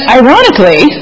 ironically